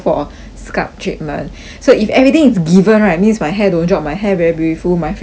scalp treatment so if everything is given right means my hair don't drop my hair very beautiful my face very nice